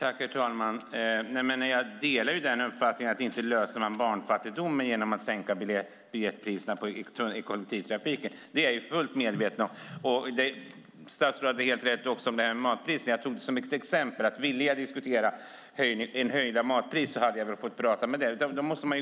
Herr talman! Jag delar uppfattningen att man inte löser barnfattigdomen genom att sänka biljettpriserna i kollektivtrafiken. Det är jag fullt medveten om. Statsrådet har också helt rätt när det gäller matpriserna. Jag tog det som ett exempel. Om jag hade velat diskutera höjda matpriser hade jag väl gjort det.